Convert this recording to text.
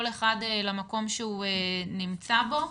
כל אחד למקום שהוא נמצא בו.